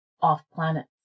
off-planet